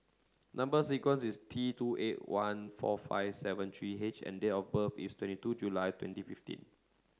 number sequence is T two eight one four five seven three H and date of birth is twenty two July twenty fifteen